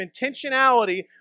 intentionality